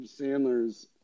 Sandler's